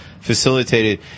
Facilitated